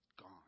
gone